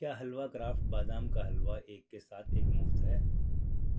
کیا حلوہ کرافٹ بادام کا حلوہ ایک کے ساتھ ایک مفت ہے